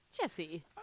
Jesse